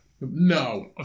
No